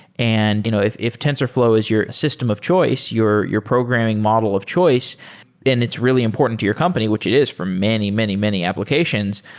and you know if if tensorflow is your system of choice, your your programming model of choice and it's really important to your company, which is for many, many, many applications,